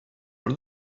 one